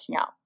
out